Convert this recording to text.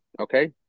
Okay